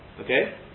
okay